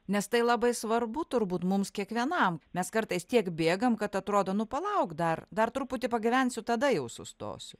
nes tai labai svarbu turbūt mums kiekvienam mes kartais tiek bėgam kad atrodo nu palauk dar dar truputį pagyvensiu tada jau sustosiu